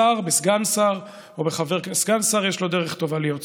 בסגן שר, סגן שר, יש לו דרך טובה להיות שר,